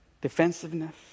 defensiveness